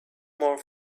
more